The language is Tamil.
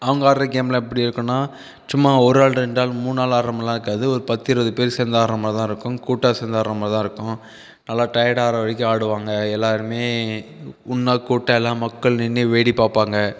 அவங்கள் ஆடுற கேம்லாம் எப்படி இருக்கும்னா சும்மா ஒரு ஆள் ரெண்டு மூணு ஆள் ஆடுகிற மாரில்லாம் இருக்காது ஒரு பத்து இருவது பேர் சேர்ந்து ஆடுற மாரிதான் இருக்கும் கூட்டாக சேர்ந்து ஆடுற மாரிதான் இருக்கும் நல்ல டயடாகறவரைக்கும் ஆடுவாங்க எல்லோருமே ஒன்றா கூட்டாக எல்லா மக்கள் நின்று வேடி பார்ப்பாங்கள்